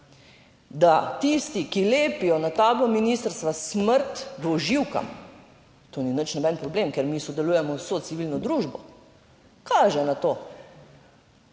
da tisti, ki lepijo na tablo ministrstva smrt dvoživkam, to ni noben problem, ker mi sodelujemo z vso civilno družbo, kaže na to,